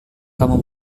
kamu